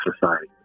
Society